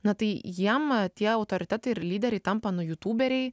na tai jiem tie autoritetai ir lyderiai tampa nu jutūberiai